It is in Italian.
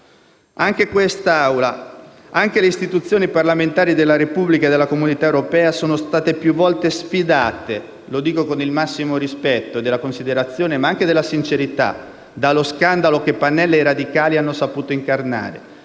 Anche questa Assemblea, anche le istituzioni parlamentari della Repubblica e della Comunità europea sono state più volte «sfidate» - lo dico con il massimo del rispetto e della considerazione, ma anche della sincerità - dallo scandalo che Pannella e i radicali hanno saputo incarnare: